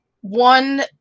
one